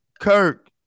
Kirk